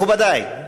מכובדי,